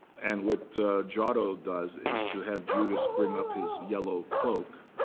and what giotto does is to have judas bring up his yellow cloak,